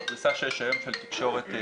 בפריסה שיש היום של תקשורת.